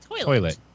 Toilet